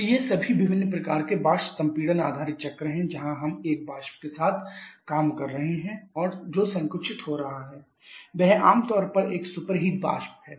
तो ये सभी विभिन्न प्रकार के वाष्प संपीड़न आधारित चक्र हैं जहां हम एक वाष्प के साथ काम कर रहे हैं और जो संकुचित हो रहा है वह आम तौर पर एक सुपरहीट वाष्प है